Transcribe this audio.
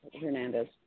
Hernandez